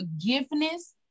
forgiveness